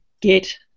get